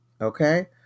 okay